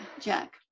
Jack